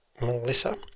Melissa